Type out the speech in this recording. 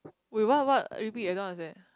wait what what er repeat I don't understand